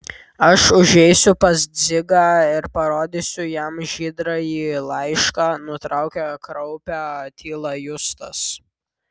aš užeisiu pas dzigą ir parodysiu jam žydrąjį laišką nutraukė kraupią tylą justas